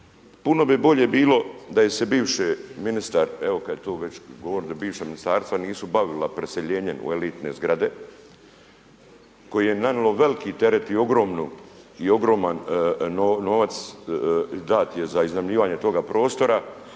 Puno bi bolje bilo da se je bivši ministar, evo kada tu već govorite bivša ministarstva nisu bavila preseljenjem u elitne zgrade, koji je nanijelo veliki teret i ogroman novac dan je za iznajmljivanje toga prostora,